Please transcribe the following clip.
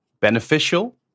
beneficial